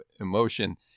emotion